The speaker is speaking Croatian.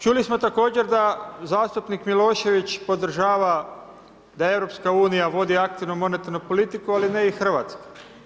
Čuli smo također, da zastupnik Milošević podržava, da EU, vodi aktivno monetarnu politiku ali ne i Hrvatsku.